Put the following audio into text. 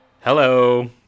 Hello